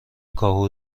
کاهو